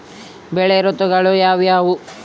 ಬೆಳೆ ಋತುಗಳು ಯಾವ್ಯಾವು?